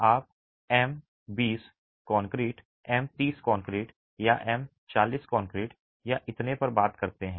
आप M20 concrete M30 concrete या M40 concrete या इतने पर बात करते हैं